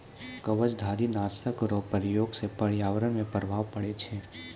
कवचधारी नाशक रो प्रयोग से प्रर्यावरण मे प्रभाव पड़ै छै